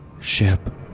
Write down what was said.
Ship